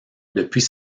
depuis